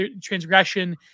transgression